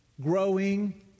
growing